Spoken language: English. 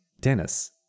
Dennis